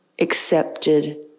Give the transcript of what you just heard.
accepted